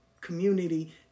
community